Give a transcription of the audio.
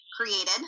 created